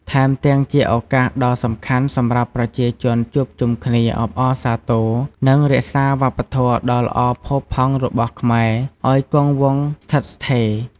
ថែមទាំងជាឱកាសដ៏សំខាន់សម្រាប់ប្រជាជនជួបជុំគ្នា អបអរសាទរ និងរក្សាវប្បធម៌ដ៏ល្អផូរផង់របស់ខ្មែរឱ្យគង់វង្សស្ថិតស្ថេរ។